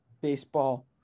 baseball